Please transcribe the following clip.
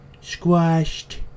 Squashed